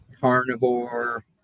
Carnivore